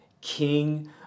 King